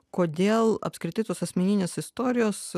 kodėl apskritai tos asmeninės istorijos